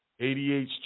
ADH